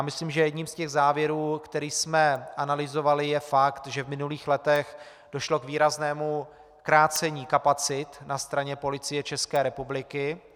Myslím, že jedním z těch závěrů, který jsme analyzovali, je fakt, že v minulých letech došlo k výraznému krácení kapacit na straně Policie České republiky.